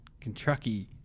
Kentucky